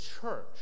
church